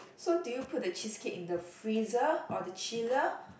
so do you put the cheesecake in the freezer or the chiller